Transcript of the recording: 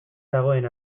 dagoen